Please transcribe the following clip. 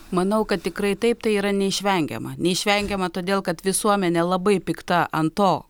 manau kad tikrai taip tai yra neišvengiama neišvengiama todėl kad visuomenė labai pikta ant to